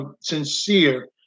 sincere